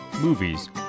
movies